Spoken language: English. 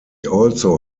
also